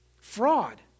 fraud